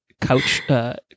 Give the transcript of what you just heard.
couch